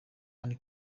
anne